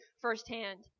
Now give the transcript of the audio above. firsthand